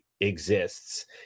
exists